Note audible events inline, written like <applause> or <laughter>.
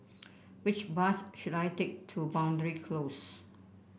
<noise> which bus should I take to Boundary Close